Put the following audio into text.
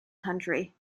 country